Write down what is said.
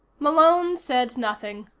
malone said nothing.